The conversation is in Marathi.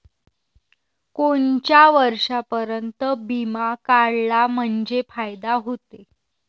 कोनच्या वर्षापर्यंत बिमा काढला म्हंजे फायदा व्हते?